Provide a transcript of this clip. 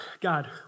God